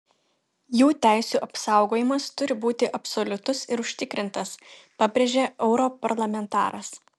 jų teisių apsaugojimas turi būti absoliutus ir užtikrintas pabrėžė europarlamentaras